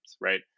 right